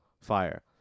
fire